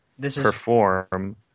perform